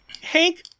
Hank